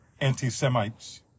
anti-Semites